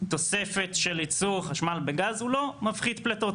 תוספת של ייצור חשמל בגז הוא לא מפחית פליטות,